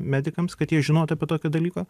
medikams kad jie žinotų apie tokį dalyką